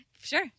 sure